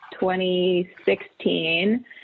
2016